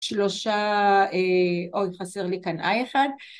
‫שלושה... אוי, חסר לי כאן I אחד.